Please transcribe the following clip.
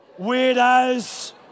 Weirdos